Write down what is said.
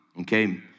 Okay